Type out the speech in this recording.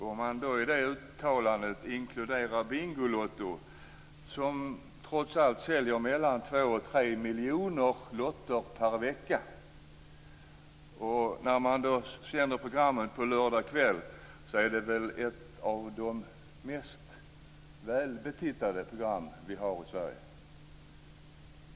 Om han i det uttalandet inkluderade Bingolotto, som trots allt säljer 2-3 miljoner lotter per vecka, vill jag säga att det programmet, som sänds på lördagskvällen, väl är ett av de mest välbetittade program vi har i Sverige.